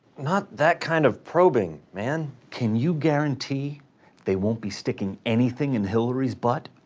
not that kind of probing, man! can you guarantee they won't be sticking anything in hillary's butt?